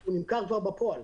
הוא נמכר כבר בפועל.